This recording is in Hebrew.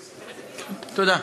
תודה.